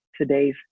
today's